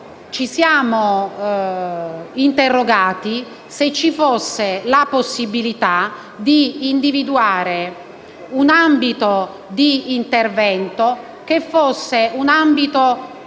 ci siamo chiesti se ci fosse la possibilità di individuare un ambito di intervento che fosse un ambito